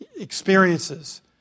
experiences